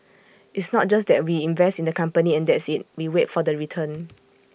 it's not just that we invest in the company and that's IT we wait for the return